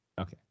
Okay